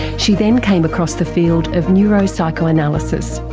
she then came across the field of neuro-psychoanalysis.